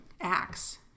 acts